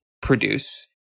produce